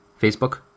Facebook